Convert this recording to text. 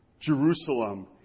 Jerusalem